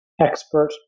expert